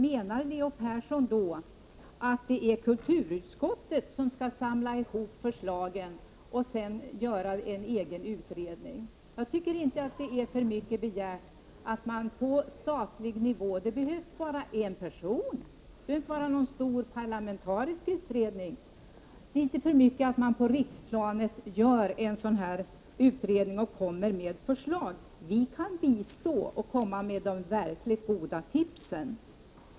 Menar Leo Persson då att det är kulturutskottet som skall samla ihop förslagen och sedan göra en egen utredning? Det är inte för mycket begärt att någon på riksplanet — det behövs bara en person, inte någon stor parlamentarisk utredning — gör en utredning och kommer med förslag. Vi kan bistå och komma med de verkligt goda tipsen.